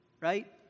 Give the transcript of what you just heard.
right